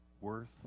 worth